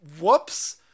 whoops